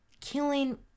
killing